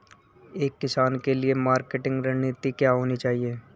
एक किसान के लिए मार्केटिंग रणनीति क्या होनी चाहिए?